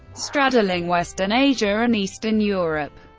straddling western asia and eastern europe.